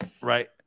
Right